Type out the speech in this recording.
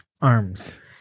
Arms